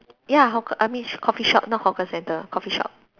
ya hawker I mean coffee shop not hawker centre coffee shop